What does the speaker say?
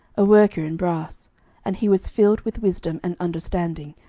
a worker in brass and he was filled with wisdom, and understanding,